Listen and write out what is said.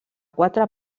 quatre